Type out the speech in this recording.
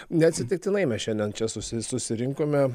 neatsitiktinai mes šiandien čia susi susirinkome